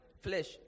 Flesh